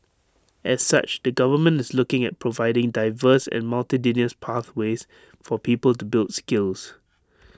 as such the government is looking at providing diverse and multitudinous pathways for people to build skills